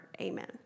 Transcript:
Amen